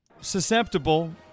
susceptible